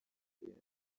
avuyemo